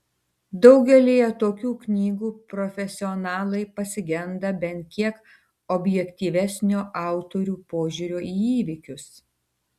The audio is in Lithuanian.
daugelyje tokių knygų profesionalai pasigenda bent kiek objektyvesnio autorių požiūrio į įvykius